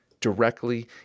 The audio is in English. directly